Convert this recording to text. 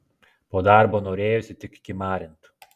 po darbo norėjosi tik kimarint